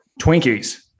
Twinkies